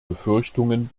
befürchtungen